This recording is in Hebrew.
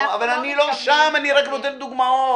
אני לא שם, אני רק נותן דוגמאות.